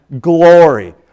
glory